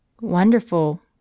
Wonderful